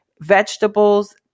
vegetables